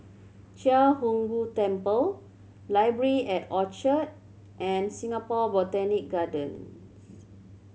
Chia Hung Boo Temple Library at Orchard and Singapore Botanic Gardens